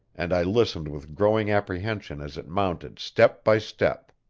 and i listened with growing apprehension as it mounted step by step.